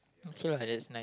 okay lah that's nice